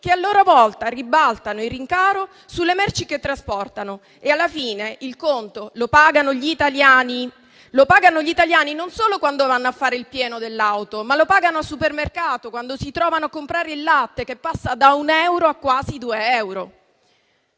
che a loro volta ribaltano il rincaro sulle merci che trasportano e alla fine il conto lo pagano gli italiani, non solo quando vanno a fare il pieno dell'auto, ma anche al supermercato, quando si trovano a comprare il latte, che passa da 1 euro a quasi 2 euro.